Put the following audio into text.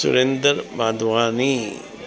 Surendra Mandhwani